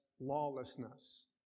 lawlessness